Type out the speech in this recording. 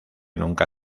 nunca